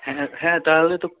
হ্যাঁ হ্যাঁ হ্যাঁ তাহলে তো